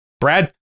Brad